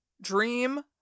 dream